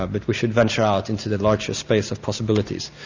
ah but we should venture out into the larger space of possibilities.